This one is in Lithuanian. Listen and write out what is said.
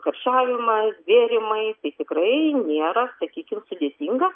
karščiavimas bėrimai tai tikrai nėra sakykim sudėtinga